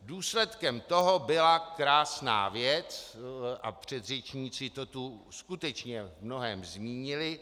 Důsledkem toho byla krásná věc, a předřečníci to tu skutečně v mnohém zmínili.